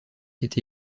été